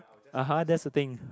(uh huh) that's the thing